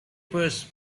purse